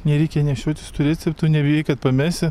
nereikia nešiotis tų receptų nebijai kad pamesi